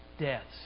deaths